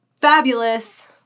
fabulous